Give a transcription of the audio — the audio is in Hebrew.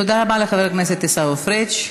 תודה רבה לחבר הכנסת עיסאווי פריג'.